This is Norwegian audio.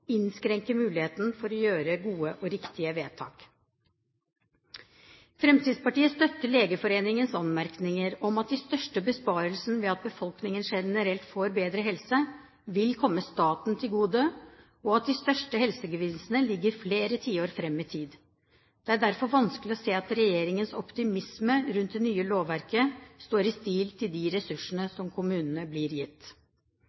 innskrenker muligheten for å gjøre gode og riktige vedtak. Fremskrittspartiet støtter Legeforeningens anmerkninger om at de største besparelsene ved at befolkningen generelt får bedre helse, vil komme staten til gode, og at de største helsegevinstene ligger flere tiår fram i tid. Det er derfor vanskelig å se at regjeringens optimisme rundt det nye lovverket står i stil med de ressursene